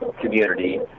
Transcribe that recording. community